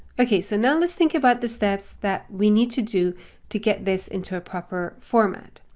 okay, so now let's think about the steps that we need to do to get this into a proper format.